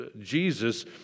Jesus